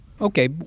Okay